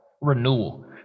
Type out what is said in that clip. renewal